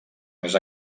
més